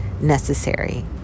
necessary